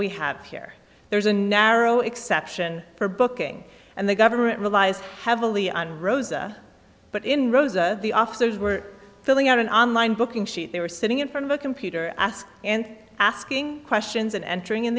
we have here there's a narrow exception for booking and the government relies heavily on rosa but in rosa the officers were filling out an online booking sheet they were sitting in front of a computer ask and asking questions and entering in